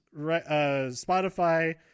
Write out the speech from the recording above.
spotify